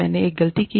मैने एक गलती की